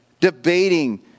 debating